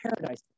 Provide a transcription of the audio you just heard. paradise